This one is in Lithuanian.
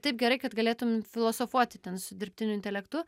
taip gerai kad galėtum filosofuoti ten su dirbtiniu intelektu